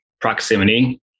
proximity